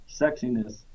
sexiness